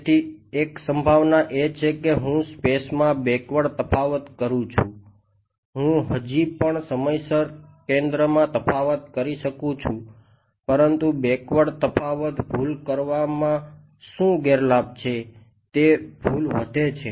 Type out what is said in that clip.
તેથી એક સંભાવના એ છે કે હું સ્પેસમાં બેકવર્ડ તફાવત કરું છું હું હજી પણ સમયસર કેન્દ્રમાં તફાવત કરી શકું છું પરંતુ બેકવર્ડ તફાવત ભૂલ કરવામાં શું ગેરલાભ છે તે ભૂલ વધે છે